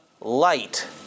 light